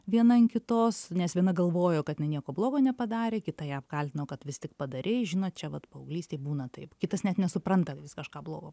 viena ant kitos nes viena galvojo kad jinai nieko blogo nepadarė kita ją apkaltino kad vis tik padarei žinot čia vat paauglystėj būna taip kitas net nesupranta jis kažką blogo